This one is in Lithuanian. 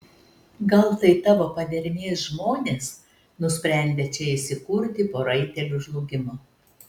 gal tai tavo padermės žmonės nusprendę čia įsikurti po raitelių žlugimo